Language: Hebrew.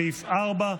סעיף 4,